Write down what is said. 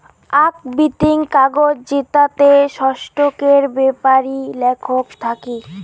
আক বিতিং কাগজ জেতাতে স্টকের বেপারি লেখক থাকি